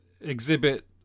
exhibit